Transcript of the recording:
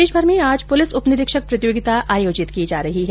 प्रदेशभर में आज पुलिस उपनिरीक्षक प्रतियोगी परीक्षा आयोजित की जा रही है